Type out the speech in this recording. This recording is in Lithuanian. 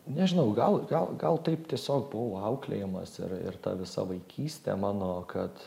nežinau gal gal gal taip tiesiog buvau auklėjamas ir ir ta visa vaikystė mano kad